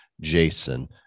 Jason